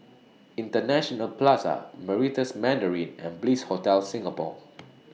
International Plaza Meritus Mandarin and Bliss Hotel Singapore